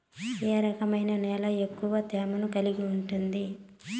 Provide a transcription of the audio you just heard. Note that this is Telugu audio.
ఏ రకమైన నేల ఎక్కువ తేమను కలిగి ఉంటుంది?